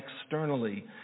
externally